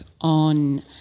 on